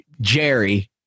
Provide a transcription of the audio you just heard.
jerry